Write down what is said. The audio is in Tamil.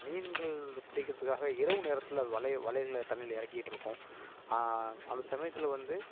மீன்கள் பிடிக்கிறதுக்காக இரவு நேரத்தில் வலை வலைகளை தண்ணியில் இறக்கிட்ருக்கோம் அந்த சமயத்தில் வந்து